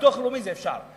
בביטוח הלאומי זה אפשר.